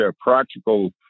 practical